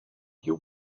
you